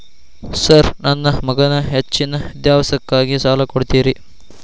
Sir ನನ್ನ ಮಗನ ಹೆಚ್ಚಿನ ವಿದ್ಯಾಭ್ಯಾಸಕ್ಕಾಗಿ ಸಾಲ ಕೊಡ್ತಿರಿ?